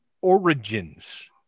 origins